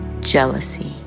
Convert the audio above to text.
jealousy